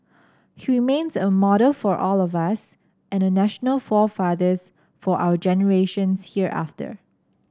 he remains a model for all of us and a national forefather for our generations hereafter